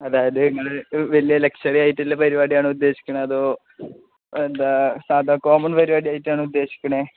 അതായത് നിങ്ങള് വലിയ ലക്ഷ്വറിയായിട്ടുള്ള പരിപാടിയാണോ ഉദ്ദേശിക്കുന്നത് അതോ എന്താണ് സാധാ കോമൺ പരിപാടിയായിട്ടാണോ ഉദ്ദേശിക്കുന്നത്